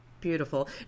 Beautiful